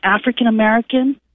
African-American